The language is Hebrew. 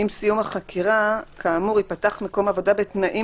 עם סיום החקירה כאמור ייפתח מקום העבודה בתנאים